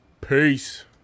Peace